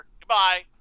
goodbye